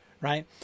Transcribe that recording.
Right